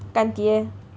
干爹